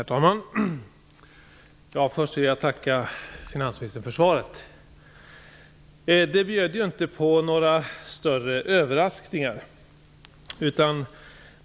Herr talman! Först vill jag tacka finansministern för svaret. Det bjöd inte på några större överraskningar.